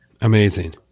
Amazing